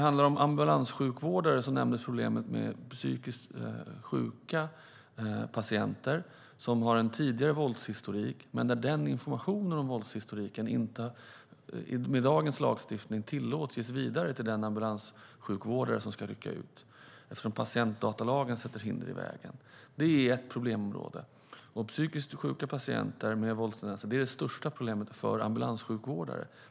För ambulanssjukvårdarnas del nämndes problemet med psykiskt sjuka patienter som har en tidigare våldshistorik. Dagens lagstiftning tillåter inte att information om våldshistoriken ges vidare till den ambulanssjukvårdare som ska rycka ut. Patientdatalagen sätter hinder i vägen. Detta är ett problemområde. Psykiskt sjuka patienter med våldstendenser är det största problemet för ambulanssjukvårdare.